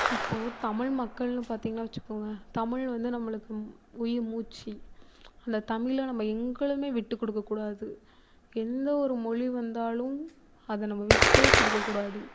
இப்போது தமிழ் மக்கள்ன்னு பார்த்தீங்ன்னா வைச்சுக்கோங்க தமிழ் வந்து நம்மளுக்கு உயிர் மூச்சு அந்த தமிழை நம்ம எங்கயுமே விட்டு கொடுக்கக்கூடாது எந்த ஒரு மொழி வந்தாலும் அதை நம்ம விட்டே கொடுக்கக்கூடாது